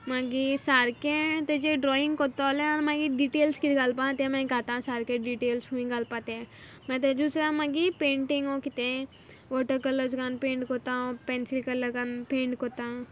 मागीर सारकें तेजेर ड्रॉइंग कोत्तो जाल्यार मागीर डिटेल्स कीत घालपा आहा तें मागीर घाता सारके डिटेल्स हूंय घालपा तें मागीर मागीर पेंटिंग ओ कितें वॉटर कलर्स घान पेंट कोतां पॅन्सील कलर घान पेंट कोतां